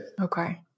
Okay